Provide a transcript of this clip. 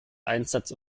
einsatz